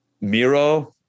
Miro